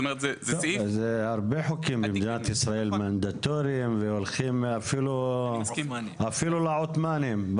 במדינת ישראל יש הרבה חוקים מנדטוריים והולכים אפילו לעותמנים.